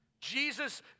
Jesus